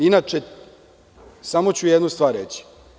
Inače, samo ću jednu stvar reći.